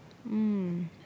um